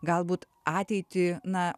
galbūt ateitį na